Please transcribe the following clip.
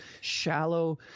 shallow